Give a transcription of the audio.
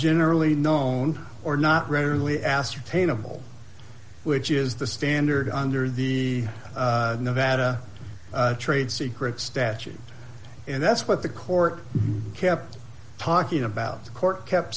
generally known or not rarely ascertainable which is the standard under the nevada trade secret statute and that's what the court kept talking about the court kept